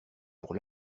pour